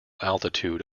altitude